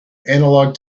analog